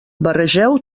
barregeu